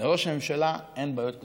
לראש הממשלה אין בעיות כלכליות,